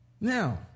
Now